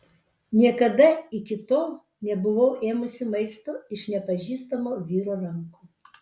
niekada iki tol nebuvau ėmusi maisto iš nepažįstamo vyro rankų